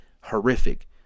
horrific